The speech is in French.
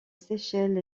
séchelles